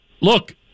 Look